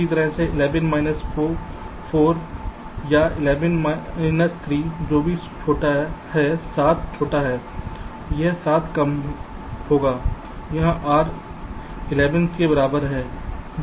इसी तरह 11 माइनस 4 या 11 माइनस 3 जो भी छोटा है 7 छोटा है यह 7 होगा और यहां R 11 के बराबर है